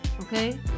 okay